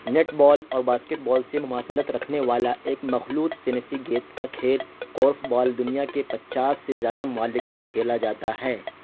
net بال اور basketball سے مماثلت رکھنے والا ایک مخلوط صنفی گیند کا کھیل بال دنیا کے پچاس سے زیادہ ممالک میں کھیلا جاتا ہے